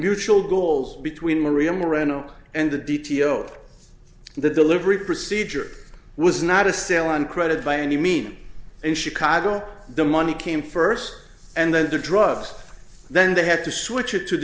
mutual goals between maria marino and the detail of the delivery procedure was not a sale on credit by any means in chicago the money came first and then the drugs then they had to switch